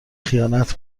خیانت